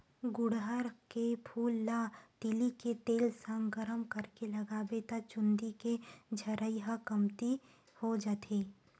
गुड़हल के फूल ल तिली के तेल संग गरम करके लगाबे त चूंदी के झरई ह कमती हो जाथे